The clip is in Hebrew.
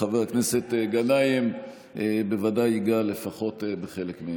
חבר הכנסת גנאים בוודאי ייגע לפחות בחלק.